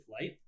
light